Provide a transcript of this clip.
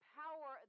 power